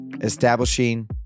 establishing